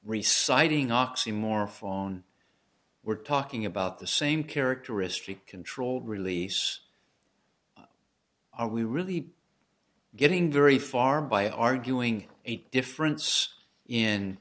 reciting oxymorphone we're talking about the same characteristic controlled release are we really getting very far by arguing a difference in